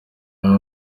y’aho